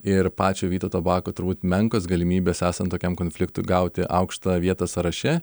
ir pačio vytauto bako turbūt menkos galimybės esant tokiam konfliktui gauti aukštą vietą sąraše